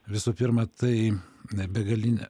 visų pirma tai n begalinę